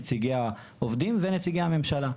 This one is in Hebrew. נציגי העובדים ונציגי הממשלה.